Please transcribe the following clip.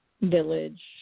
Village